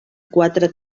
quatre